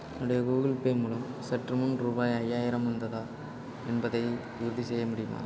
என்னுடைய Google Pay மூலம் சற்றுமுன் ரூபாய் ஐயாயிரம் வந்ததா என்பதை உறுதிசெய்ய முடியுமா